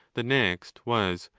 the next was,